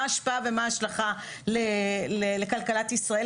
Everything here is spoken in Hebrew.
מה ההשפעה ומה ההשלכה לכלכלת ישראל,